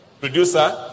Producer